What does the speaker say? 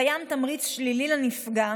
קיים תמריץ שלילי לנפגע